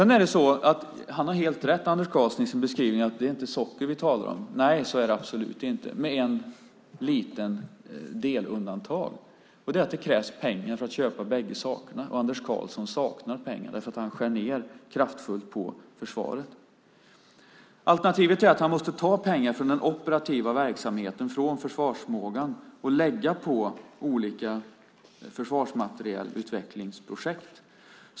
Anders Karlsson har helt rätt i sin beskrivning att det inte är socker vi talar om. Nej, så är det absolut inte, med ett litet delundantag. Det är att det krävs pengar för att köpa bägge sakerna. Anders Karlsson saknar pengar därför att han skär ned kraftfullt på försvaret. Alternativet är att han måste ta pengar från den operativa verksamheten, från försvarsförmågan, och lägga på olika försvarsmaterielutvecklingsprojekt.